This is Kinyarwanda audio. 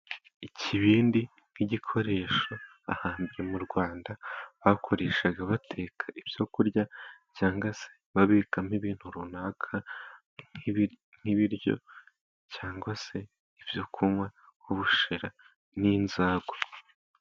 Ikibindi nk'igikoresho ahambere mu Rwanda bakoreshaga bateka ibyo kurya cyangwa se babikamo ibintu runaka nk'ibiryo cyangwa se ibyo kunywa ubushera n'inzagwa.